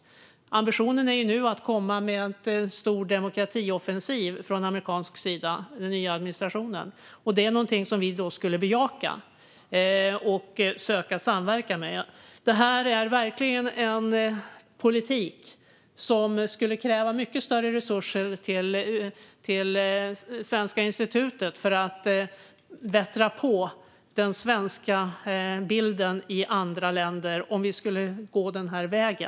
Ambitionen är nu att komma med en stor demokratioffensiv från amerikansk sida från den nya administrationen. Det är någonting som vi skulle bejaka och söka samverkan om. Detta är verkligen en politik som skulle kräva mycket större resurser till Svenska institutet för att bättra på den svenska bilden i andra länder, om vi skulle gå denna väg.